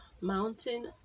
mountain